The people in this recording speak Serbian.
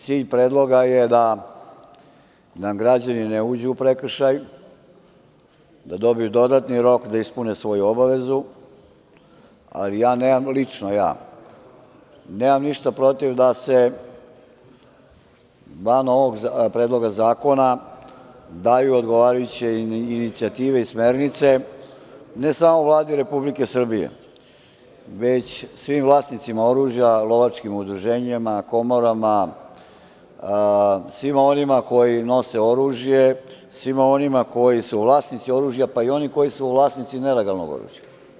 Cilj predloga je da građani ne uđu u prekršaj, da dobiju dodatni rok da ispune svoju obavezu, ali ja lično nemam ništa protiv da se ovome predlogu zakonu daju odgovarajuće inicijative i smernice, ne samo Vladi Republike Srbije, već svim vlasnicima oružja, lovačkim udruženjima, komorama, svima onima koji nose oružje, svima onima koji su vlasnici oružja, pa i onima koji su vlasnici nelegalnog oružja.